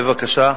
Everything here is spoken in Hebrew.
בבקשה.